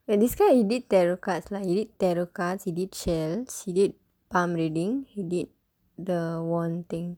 and this guy he did tarot cards like he did tarot cards he did he did palm reading he did the wand thing